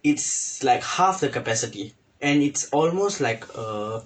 it's like half the capacity and it's almost like a